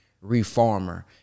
reformer